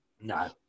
No